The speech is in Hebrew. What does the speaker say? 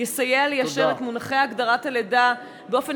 יסייע ליישר את מונחי הגדרת הלידה באופן